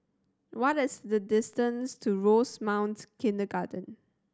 what is the distance to Rosemount Kindergarten